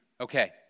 okay